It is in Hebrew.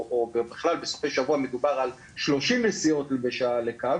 או בכלל בסופי שבוע מדובר על 30 נסיעות בשעה לקו,